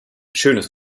schönes